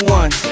one